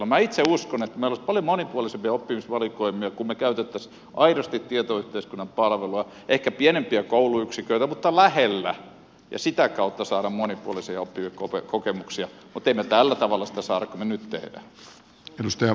minä itse uskon että meillä olisi paljon monipuolisempia oppimisvalikoimia kun me käyttäisimme aidosti tietoyhteiskunnan palveluja ehkä pienempiä kouluyksiköitä mutta lähellä ja sitä kautta saisimme monipuolisia oppimiskokemuksia mutta emme me tällä tavalla sitä saa kuin me nyt teemme